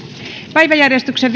päiväjärjestyksen